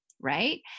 right